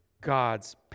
God's